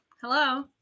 Hello